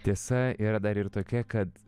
tiesa yra dar ir tokia kad